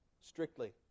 strictly